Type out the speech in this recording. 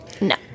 No